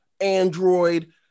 Android